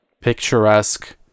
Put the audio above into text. picturesque